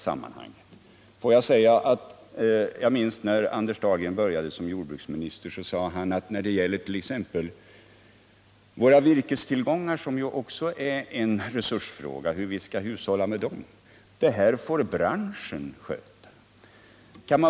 Jag minns att Anders Dahlgren när han började som jordbruksminister sade, att när det gäller t.ex. våra virkestillgångar — det är ju också en resursfråga, hur vi skall hushålla med dem — så får branschen sköta det.